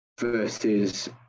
versus